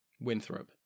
Winthrop